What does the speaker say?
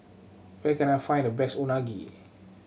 where can I find the best Unagi